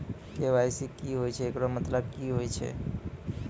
KYC की होय छै, एकरो मतलब की होय छै?